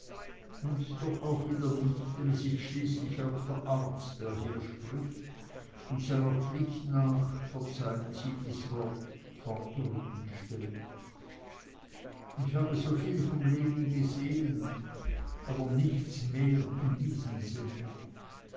und doch auch wieder nicht denn es ist schließlich auch der arzt der hier spricht und seiner pflicht nach verzeihen sie dies wort forderungen stellt ich habe so viel vom leben gesehen aber nichts mehr in diesem sinne